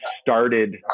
started